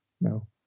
No